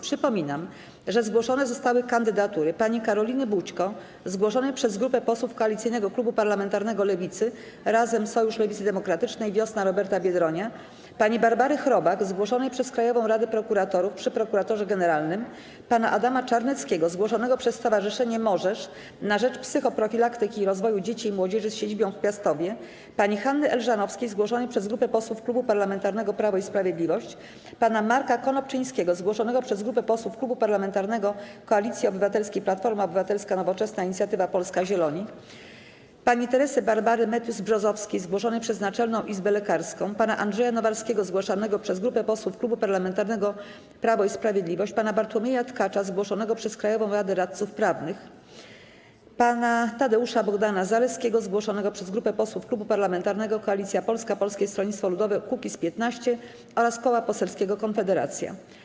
Przypominam, że zgłoszone zostały kandydatury: - pani Karoliny Bućko, zgłoszonej przez grupę posłów Koalicyjnego Klubu Parlamentarnego Lewicy (Razem, Sojusz Lewicy Demokratycznej, Wiosna Roberta Biedronia), - pani Barbary Chrobak, zgłoszonej przez Krajową Radę Prokuratorów przy Prokuratorze Generalnym, - pana Adama Czarneckiego, zgłoszonego przez Stowarzyszenie „Możesz” na rzecz psychoprofilaktyki i rozwoju dzieci i młodzieży z siedzibą w Piastowie, - pani Hanny Elżanowskiej, zgłoszonej przez grupę posłów Klubu Parlamentarnego Prawo i Sprawiedliwość, - pana Marka Konopoczyńskiego, zgłoszonego przez grupę posłów Klubu Parlamentarnego Koalicji Obywatelskiej - Platforma Obywatelska, Nowoczesna, Inicjatywa Polska, Zieloni, - pani Teresy Barbary Matthews-Brzozowskiej, zgłoszonej przez Naczelną Izbę Lekarską, - pana Andrzeja Nowarskiego, zgłoszonego przez grupę posłów Klubu Parlamentarnego Prawo i Sprawiedliwość, - pana Bartłomieja Tkacza, zgłoszonego przez Krajową Radę Radców Prawnych, - pana Tadeusza Bohdana Zaleskiego, zgłoszonego przez grupę posłów Klubu Parlamentarnego Koalicja Polska - Polskie Stronnictwo Ludowe - Kukiz15 oraz Koła Poselskiego Konfederacja.